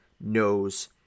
knows